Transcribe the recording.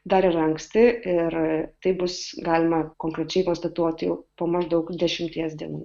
dar yra anksti ir tai bus galima konkrečiai konstatuoti jau po maždaug dešimties dienų